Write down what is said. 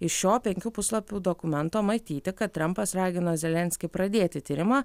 iš šio penkių puslapių dokumento matyti kad trampas ragino zelenskį pradėti tyrimą